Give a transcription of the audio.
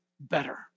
better